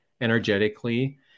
energetically